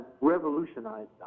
revolutionized